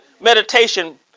meditation